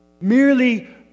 Merely